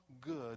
good